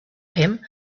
him